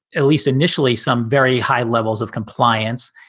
at least initially, some very high levels of compliance.